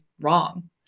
wrong